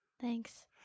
Thanks